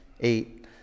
eight